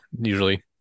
usually